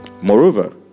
moreover